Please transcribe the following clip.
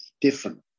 different